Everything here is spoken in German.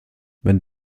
wenn